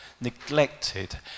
neglected